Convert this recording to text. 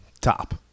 Top